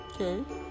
okay